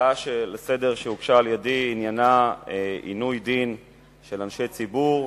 ההצעה לסדר-היום שהגשתי עניינה עינוי דין של אנשי ציבור,